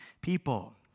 people